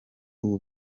ubu